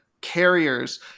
carriers